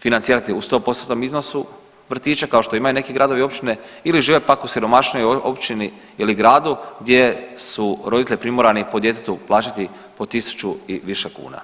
financirati u 100%-tnom iznosu vrtiće kao što imaju neki gradovi i općine ili žele pak u siromašnijoj općini ili gradu gdje su roditelji primorani po djetetu plaćati po tisuću i više kuna.